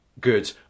good